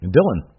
Dylan